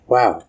Wow